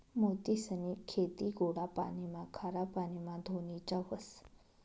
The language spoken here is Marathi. मोतीसनी खेती गोडा पाणीमा, खारा पाणीमा धोनीच्या व्हस